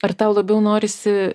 ar tau labiau norisi